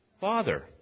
Father